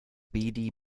beady